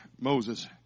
Moses